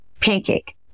pancake